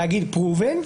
לומר פרובן,